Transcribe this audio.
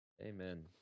Amen